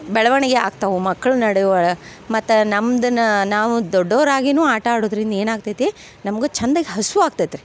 ಬೆಳವಣ್ಗೆ ಆಗ್ತವೆ ಮಕ್ಳ ನಡೆ ಒಳ ಮತ್ತು ನಮ್ದೂ ನಾವು ದೊಡ್ಡೋರಾಗಿಯೂ ಆಟ ಆಡುವುದ್ರಿಂದ ಏನಾಗ್ತೈತಿ ನಮ್ಗೆ ಚೆಂದಾಗ್ ಹಸಿವಾಗ್ತೈತ್ ರೀ